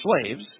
slaves